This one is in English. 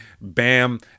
Bam